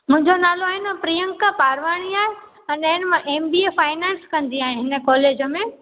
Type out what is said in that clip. मुंहिंजो नालो आहे न प्रियंका पारवाणी आहे अने मां एम बी ए फाइनंस कंदी आहियां हिन कॉलेज में